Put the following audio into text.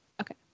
Okay